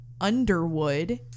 underwood